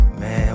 man